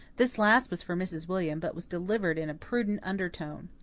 this last was for mrs. william, but was delivered in a prudent undertone.